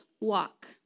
walk